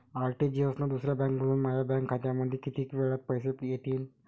RTGS न दुसऱ्या बँकेमंधून माया बँक खात्यामंधी कितीक वेळातं पैसे येतीनं?